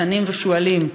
תנים ושועלים.